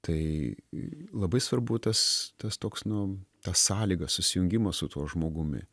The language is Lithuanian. tai labai svarbu tas tas toks nu ta sąlyga susijungimo su tuo žmogumi